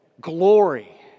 Glory